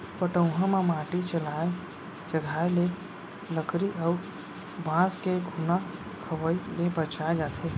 पटउहां म माटी चघाए ले लकरी अउ बांस के घुना खवई ले बचाए जाथे